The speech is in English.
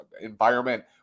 environment